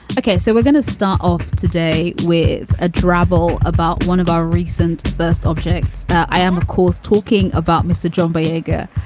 ok, so we're going to start off today with a dribble about. one of our recent best objects, i am, of course, talking about mr. john baker,